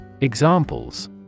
Examples